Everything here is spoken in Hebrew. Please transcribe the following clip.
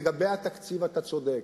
לגבי התקציב אתה צודק.